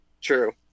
True